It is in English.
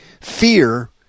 Fear